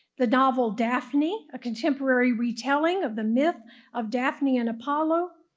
the novel daphne, a contemporary retelling of the myth of daphne and apollo,